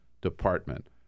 department